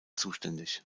zuständig